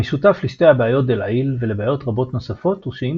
המשותף לשתי הבעיות דלעיל ולבעיות רבות נוספות הוא שאם